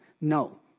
No